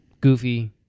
Goofy